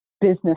business